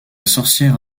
sorcière